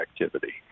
activity